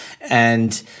And-